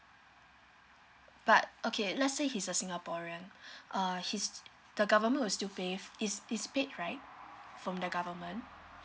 but okay let's say he's a singaporean err his the government will still pay is is paid right from the government